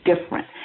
different